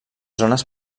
zones